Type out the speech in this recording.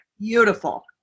Beautiful